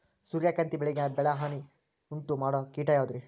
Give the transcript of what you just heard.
ಸೂರ್ಯಕಾಂತಿ ಬೆಳೆಗೆ ಭಾಳ ಹಾನಿ ಉಂಟು ಮಾಡೋ ಕೇಟ ಯಾವುದ್ರೇ?